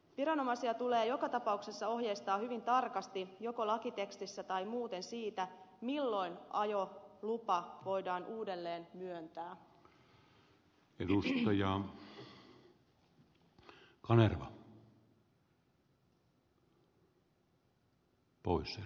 viranomaisia tulee joka tapauksessa ohjeistaa hyvin tarkasti joko lakitekstissä tai muuten siitä milloin ajolupa voidaan uudelleen myöntää